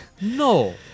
No